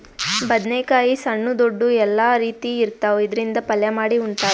ಬದ್ನೇಕಾಯಿ ಸಣ್ಣು ದೊಡ್ದು ಎಲ್ಲಾ ರೀತಿ ಇರ್ತಾವ್, ಇದ್ರಿಂದ್ ಪಲ್ಯ ಮಾಡಿ ಉಣ್ತಾರ್